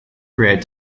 create